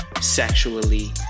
Sexually